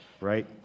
right